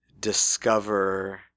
discover